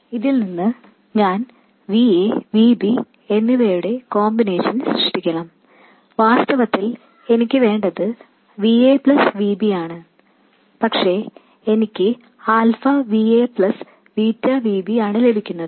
ഇതിൽ നിന്ന് ഞാൻ Va Vb എന്നിവയുടെ കോമ്പിനേഷൻ സൃഷ്ടിക്കണം വാസ്തവത്തിൽ എനിക്ക് വേണ്ടത് Va Vb ആണ് പക്ഷേ എനിക്ക് alpha Va plus beta Vb ആണ് ലഭിക്കുന്നത്